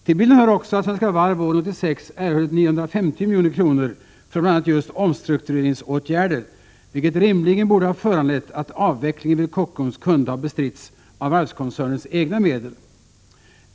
Till bilden hör också att Svenska Varv våren 1986 erhöll 950 milj.kr. för bl.a. just omstruktureringsåtgärder, vilket rimligen borde ha föranlett att avvecklingen vid Kockums kunde ha bestritts av varvskoncernens egna medel.